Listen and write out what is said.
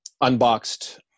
unboxed